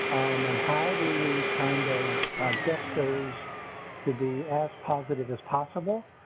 and how do we kind of get those to be as positive as possible?